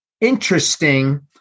interesting